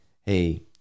Hey